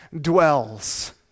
dwells